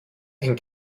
ein